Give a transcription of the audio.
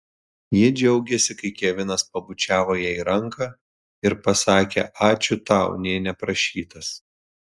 ji džiaugėsi kai kevinas pabučiavo jai ranką ir pasakė ačiū tau nė neprašytas